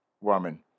woman